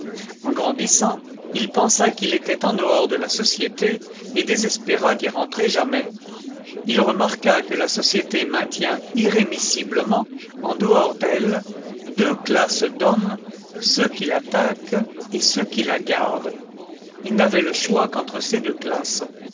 en grandissant il pensa qu'il était en dehors de la société et désespéra d'y rentrer jamais il remarqua que la société maintient irrémissiblement en dehors d'elle deux classes d'hommes ceux qui l'attaquent et ceux qui la gardent il n'avait le choix qu'entre ces deux classes